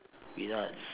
peanuts